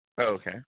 Okay